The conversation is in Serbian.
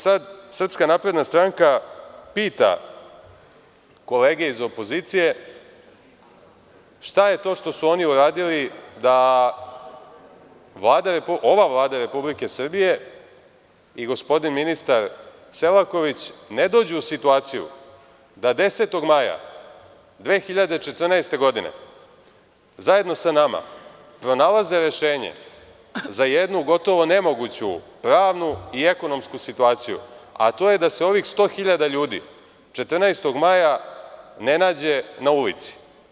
Sad, SNS pita kolege iz opozicije – šta je to što su oni uradili da ova Vlada Republike Srbije i gospodin ministar Selaković ne dođu u situaciju da 10. maja 2014. godine zajedno sa nama pronalaze rešenje za jednu gotovo nemoguću pravnu i ekonomsku situaciju, a to je da se ovih 100 hiljada ljudi 14. maja ne nađe na ulici?